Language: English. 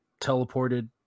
teleported